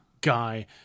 Guy